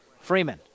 Freeman